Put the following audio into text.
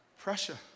Pressure